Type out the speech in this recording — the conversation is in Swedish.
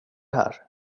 här